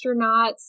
astronauts